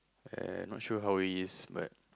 uh not sure how he is but